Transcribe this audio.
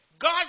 God